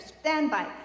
standby